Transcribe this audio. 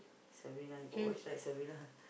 Sabrina you got watch right Sabrina